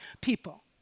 people